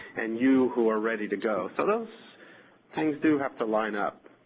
and you who are ready to go. so, those things do have to line up.